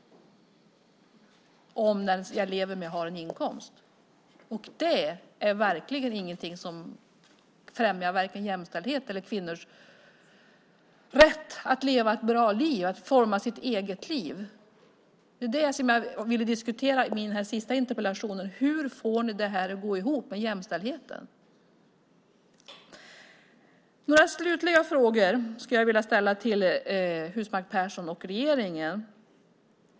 Det främjar varken jämställdhet eller kvinnors rätt att leva ett bra liv och forma sitt eget liv. Det var det jag ville diskutera med den här interpellationen. Hur får ni detta att gå ihop med jämställdheten? Jag vill ställa några ytterligare frågor till Husmark Pehrsson.